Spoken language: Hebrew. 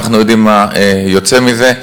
אנחנו יודעים מה יוצא מזה.